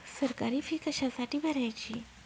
सरकारी फी कशासाठी भरायची